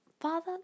father